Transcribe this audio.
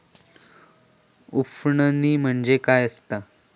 उफणणी म्हणजे काय असतां?